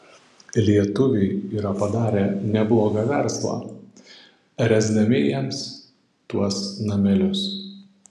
lietuviai yra padarę neblogą verslą ręsdami jiems tuos namelius